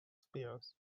spears